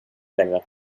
längre